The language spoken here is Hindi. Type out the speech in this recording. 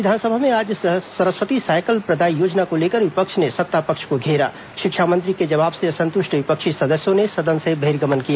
राज्य विधानसभा में आज सरस्वती सायकल प्रदाय योजना को लेकर विपक्ष ने सत्तापक्ष को घेरा शिक्षामंत्री के जवाब से असतुंष्ट विपक्षी सदस्यों ने सदन से बहिर्गमन किया